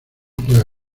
juega